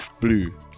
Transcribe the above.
blue